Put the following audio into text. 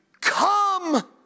come